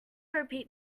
repeat